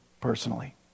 personally